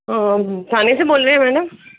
और थाने से बोल रहे हैं मैडम